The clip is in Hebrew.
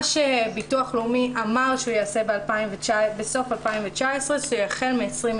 מה שביטוח לאומי אמר שהוא יעשה בסוף 2019 שיחל מ-2020,